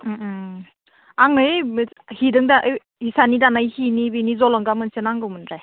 आंनो ओइ हिदों दानाय इसाननि दानाय हिनि बै जलंगा मोनसे नांगौमोन दे